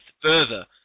further